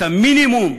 את המינימום,